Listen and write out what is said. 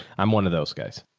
i'm one of those guys.